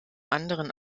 anderen